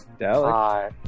Hi